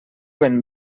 ben